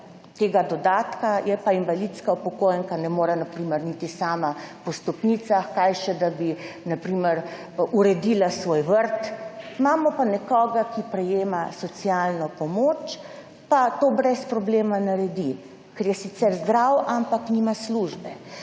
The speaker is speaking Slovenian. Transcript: tega dodatka, je pa invalidska upokojenka in ne more, na primer, niti sama po stopnicah, kaj šele, da bi uredila svoj vrt. Imamo pa nekoga, ki prejema socialno pomoč, pa to brez problema naredi, ker je sicer zdrav, ampak nima službe.